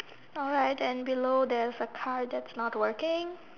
alright then below there's a car that's not working